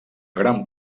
gran